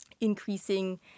increasing